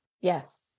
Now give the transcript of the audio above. yes